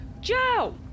Joe